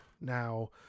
Now